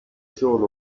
solo